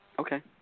Okay